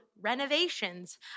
renovations